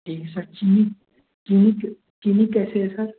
एक चीनी क चीनी कैसे है सर